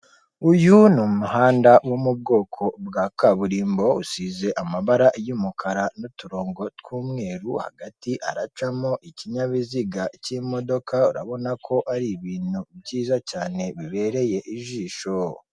Uyu ni umuhanda wo mu bwoko bwa kaburimbo usize amabara y'umukara n'uturongo tw'umweru, hagati haracamo ikinyabiziga cy'imodoka urabona ko ari ibintu byiza cyane bibereye ijisho.